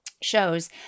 shows